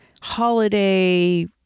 holiday